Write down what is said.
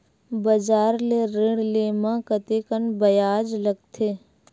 बजार ले ऋण ले म कतेकन ब्याज लगथे?